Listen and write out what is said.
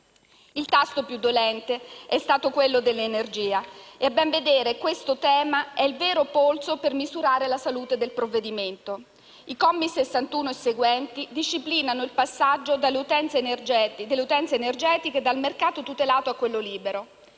Il tasto più dolente è stato quello dell'energia e, a ben vedere, questo tema è il vero polso per misurare la salute del provvedimento. I commi 61 e seguenti disciplinano il passaggio delle utenze energetiche dal mercato tutelato a quello libero.